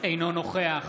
אינו נוכח